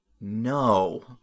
no